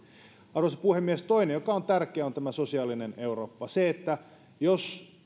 arvoisa puhemies toinen asia joka on tärkeä on tämä sosiaalinen eurooppa jos